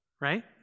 right